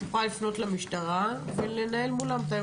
את יכולה לפנות למשטרה ולנהל מולם את האירוע.